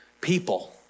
people